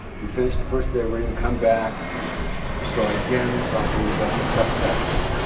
we finish the first day of reading. we come back, we start again talking about the subtext, etc.